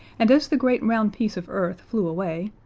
and as the great round piece of earth flew away,